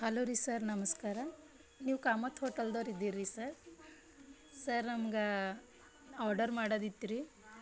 hello ರೀ sir ನಮಸ್ಕಾರ ನೀವು ಕಾಮತ್ ಹೋಟೆಲ್ದವ್ರು ಇದ್ದೀರ್ರೀ ಸರ್ ಸರ್ ನಮ್ಗೆ ಆರ್ಡರ್ ಮಾಡೋದಿತ್ರಿ